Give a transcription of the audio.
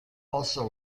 also